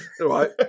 right